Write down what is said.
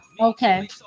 Okay